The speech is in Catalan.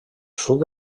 sud